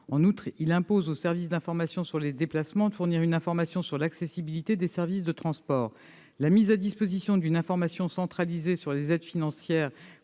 En outre, il tend à imposer aux services d'information sur les déplacements de fournir des renseignements sur l'accessibilité des modes de transport. La mise à disposition d'une information centralisée sur les aides financières